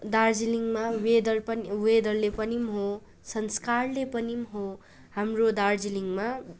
दार्जिलिङमा वेदर पनि वेदरले पनि हो संस्कारले पनि हो हाम्रो दार्जिलिङमा